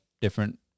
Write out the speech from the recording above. different